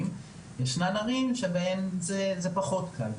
אבל ישנן ערים שבהן זה פחות קל.